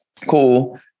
cool